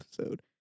episode